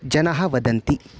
जनाः वदन्ति